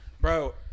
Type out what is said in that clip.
Bro